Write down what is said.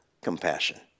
compassion